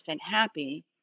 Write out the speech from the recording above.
happy